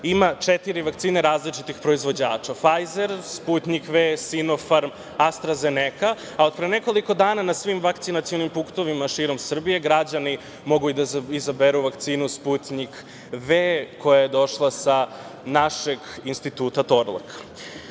ima četiri vakcine različitih proizvođača, Fajzer, Sputnjik V, Sinofarm, Astra Zeneka, a od pre nekoliko dana na svim vakcinacionim punktovima širom Srbije građani mogu da izaberu vakcinu Sputnjik V koja je došla sa našeg Instituta „Torlak“.Srbija